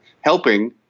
helping